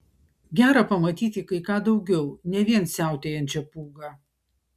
gera pamatyti kai ką daugiau ne vien siautėjančią pūgą